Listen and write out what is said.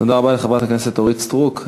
תודה רבה לחברת הכנסת אורית סטרוק.